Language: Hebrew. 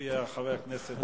לפי חבר הכנסת גפני.